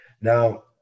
now